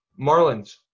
Marlins